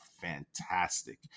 fantastic